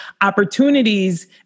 opportunities